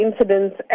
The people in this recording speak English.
incidents